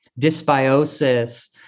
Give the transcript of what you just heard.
dysbiosis